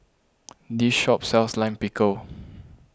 this shop sells Lime Pickle